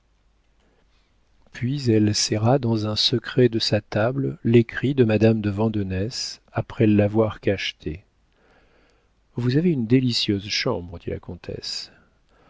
puis elle serra dans un secret de sa table l'écrit de madame de vandenesse après l'avoir cacheté vous avez une délicieuse chambre dit la comtesse